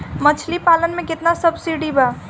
मछली पालन मे केतना सबसिडी बा?